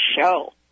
show